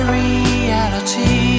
reality